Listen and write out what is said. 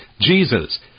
Jesus